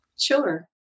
Sure